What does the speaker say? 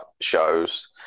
shows